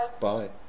Bye